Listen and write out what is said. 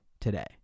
today